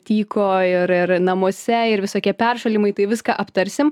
tyko ir ir namuose ir visokie peršalimai tai viską aptarsim